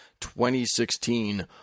2016